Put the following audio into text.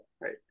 right